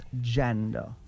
gender